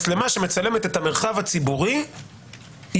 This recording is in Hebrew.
להגיד: מצלמה שמצלמת את המרחב הציבורי יכולה